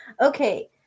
Okay